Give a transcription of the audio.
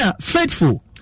faithful